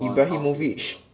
ibrahimovic